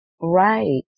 Right